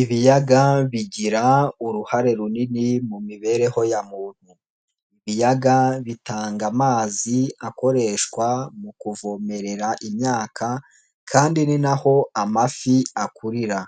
Ibiyaga bigira uruhare runini mu mibereho ya muntu, ibiyaga bitanga amazi akoreshwa mu kuvomerera imyaka kandi ni na ho amafi akurira,